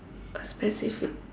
a specific